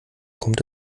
kommt